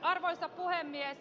arvoisa puhemies